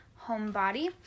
Homebody